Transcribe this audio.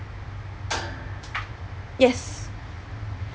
yes